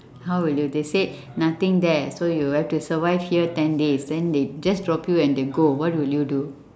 how will you they say nothing there so you have to survive here ten days then they just drop you and they go what will you do